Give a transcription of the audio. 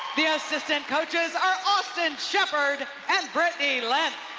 the assistant coaches are austin shepherd and brittany lenth.